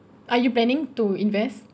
are you planning to invest